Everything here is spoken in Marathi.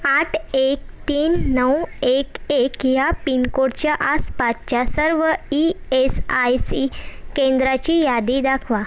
आठ एक तीन नऊ एक एक ह्या पिन कोडच्या आसपासच्या सर्व ई एस आय सी केंद्राची यादी दाखवा